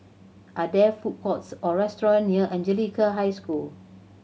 are there food courts or restaurant near Anglican High School